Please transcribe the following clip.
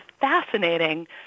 fascinating